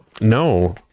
no